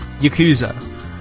Yakuza